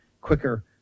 quicker